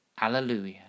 Alleluia